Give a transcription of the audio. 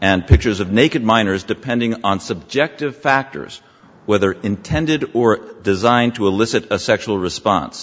and pictures of naked minors depending on subjective factors whether intended or designed to elicit a sexual response